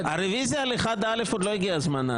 הרוויזיה על 1א עוד לא הגיע זמנה.